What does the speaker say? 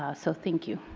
ah so thank you.